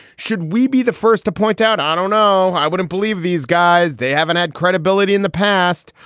should we be the first to point out? i don't know. i wouldn't believe these guys. they haven't had credibility in the past.